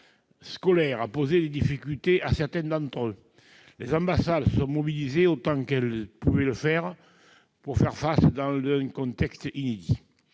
scolaires a posé des difficultés à certains d'entre eux. Les ambassades se sont mobilisées autant qu'elles le pouvaient pour faire face, dans un contexte inédit.